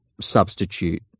substitute